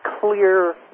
clear